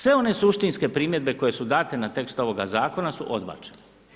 Sve one suštinske primjedbe koje su date na tekst ovog zakona su odbačene.